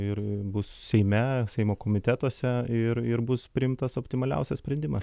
ir bus seime seimo komitetuose ir ir bus priimtas optimaliausias sprendimas